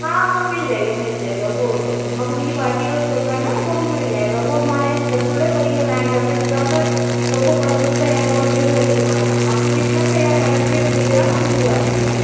हाँ हाँ मिल जाएगा मिल जाएगा वो मकुनी की बाटी और चोखा ना वो भी मिल जाएगा वो हमारे यहाँ इस्पेसल है वही बनाया जाता है पर ज़्यादातर लोग को पसंद है बहुत भीड़ रहती हमारे यहाँ आपको जितना चाहिए आप आराम से दीजिएगा हम भिजवा देंगे